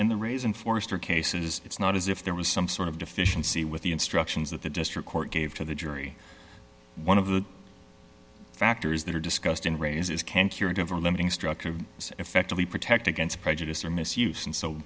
in the raisin forrester cases it's not as if there was some sort of deficiency with the instructions that the district court gave to the jury one of the factors that are discussed in re is can curative or limiting structured effectively protect against prejudice or misuse